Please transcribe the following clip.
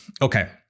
Okay